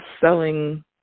selling